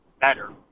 better